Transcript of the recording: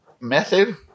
method